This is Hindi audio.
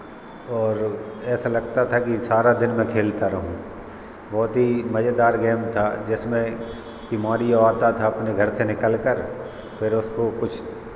और ऐसा लगता था कि सारा दिन मैं खेलता रहूँ बहुत ही मज़ेदार गेम था जिसमें कि माॅरिओ आता था अपने घर से निकलकर फिर उसको कुछ